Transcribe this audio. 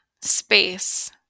space